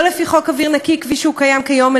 לא לפי חוק אוויר נקי כפי שהוא קיים כיום,